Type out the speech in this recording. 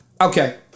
okay